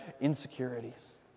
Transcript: insecurities